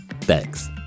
Thanks